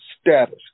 status